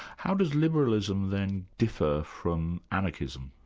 how does liberalism then differ from anarchism?